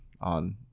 on